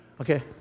Okay